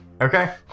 Okay